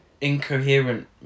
incoherent